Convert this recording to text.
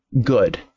good